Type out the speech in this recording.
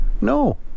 No